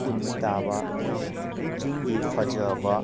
ꯎꯟ ꯇꯥꯕ ꯆꯤꯡꯒꯤ ꯐꯖꯕ